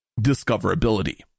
discoverability